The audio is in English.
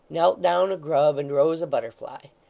knelt down a grub, and rose a butterfly.